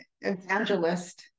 evangelist